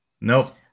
Nope